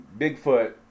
Bigfoot